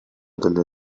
delle